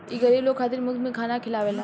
ई गरीब लोग खातिर मुफ्त में खाना खिआवेला